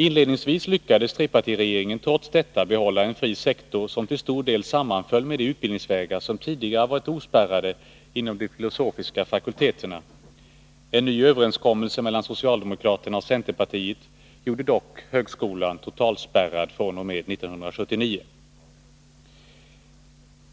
Inledningsvis lyckades trepartiregeringen trots detta behålla en fri sektor som till stora delar sammanföll med de utbildningsvägar som tidigare varit ospärrade inom de filosofiska fakulteterna. En ny överenskommelse mellan socialdemokraterna och centerpartiet gjorde dock högskolan totalspärrad fr.o.m. 1979.